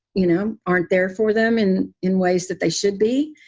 you know, aren't there for them and in ways that they should be.